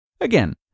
Again